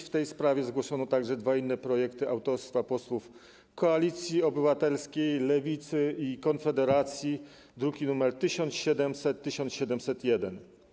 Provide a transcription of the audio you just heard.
W tej sprawie zgłoszono także dwa inne projekty autorstwa posłów Koalicji Obywatelskiej, Lewicy i Konfederacji, druki nr 1700 i 1701.